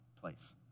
place